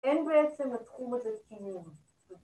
‫אין בעצם בתחום הזה קימון.